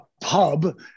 pub